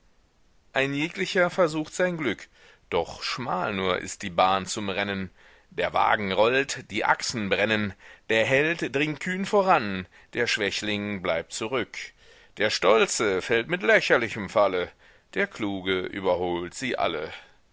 ein jeglicher versucht sein glück doch schmal nur ist die bahn zum rennen der wagen rollt die achsen brennen der held dringt kühn voran der schwächling bleibt zurück der stolze fällt mit lächerlichem falle der kluge überholt sie alle